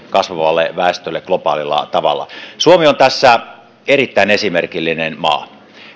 kasvavalle väestölle globaalilla tavalla suomi on tässä erittäin esimerkillinen maa